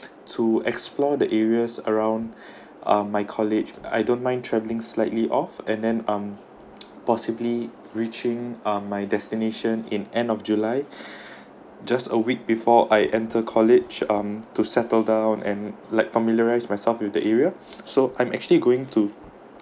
to explore the areas around ah my college I don't mind traveling slightly off and then um possibly reaching ah my destination in end of july just a week before I enter college um to settle down and like familiarize myself with the area so I'm actually going to